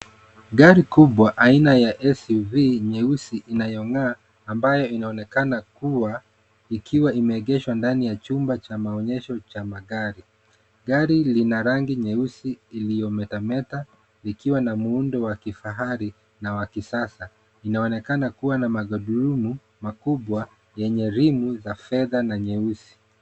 Gari kubwa aina ya SUV nyeusi inayong'aa ambayo inaonekana kuwa ikiwa imeegeshwa ndani ya chumba cha maonyesho cha magari. Gari lina rangi nyeusi iliyometa meta likiwa na muundo wa kifahari na wa kisasa. Inaonekana kuwa na magurudumu makubwa yenye rimu za fedha na nyeusi.